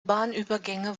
bahnübergänge